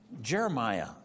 Jeremiah